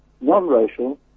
non-racial